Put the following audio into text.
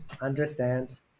understand